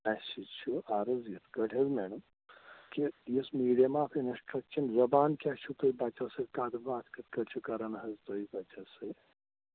اسہِ حظ چھُ عرٕض یِتھ کٲٹھۍ حٲز میٚڈَم کہِ یُس میٖڈیَم آف اِنَسٹرٛکشَن زَبان کیٛاہ چھِو تُہُۍ بَچَس سۭتۍ کَتھ باتھ کِتھ کٲٹھۍ چھِو کَران حٲز تُہُۍ بَچَس سۭتۍ